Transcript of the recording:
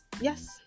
Yes